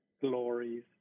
glories